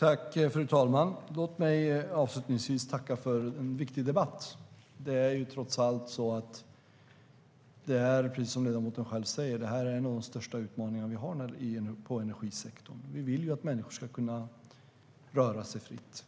Fru talman! Låt mig avslutningsvis tacka för en viktig debatt. Det är trots allt så som ledamoten själv säger: Detta är en av de största utmaningar vi har i energisektorn. Vi vill att människor ska kunna röra sig fritt.